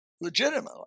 legitimately